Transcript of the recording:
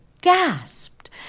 gasped